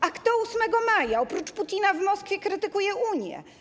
A kto 8 maja oprócz Putina w Moskwie krytykuje Unię?